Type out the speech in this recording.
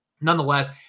nonetheless